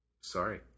Sorry